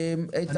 איתן תודה.